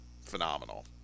phenomenal